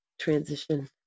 transition